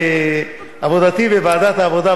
בעבודתי בוועדת העבודה,